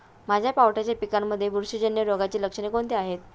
माझ्या पावट्याच्या पिकांमध्ये बुरशीजन्य रोगाची लक्षणे कोणती आहेत?